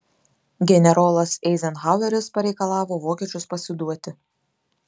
generolas eizenhaueris pareikalavo vokiečius pasiduoti